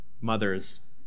mother's